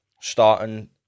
starting